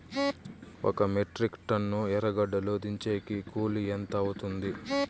ఒక metric ton ఎర్రగడ్డలు దించేకి కూలి ఎంత అవుతుంది?